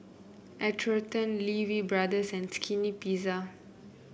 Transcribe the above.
Atherton Lee Wee Brothers and Skinny Pizza